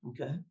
okay